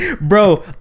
bro